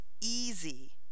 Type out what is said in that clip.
easy